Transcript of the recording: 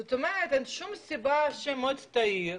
זאת אומרת, אין שום סיבה שמועצת העיר,